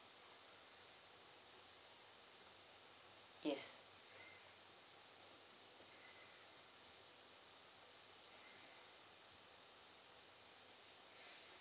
yes